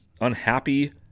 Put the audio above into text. Unhappy